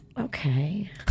Okay